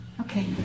Okay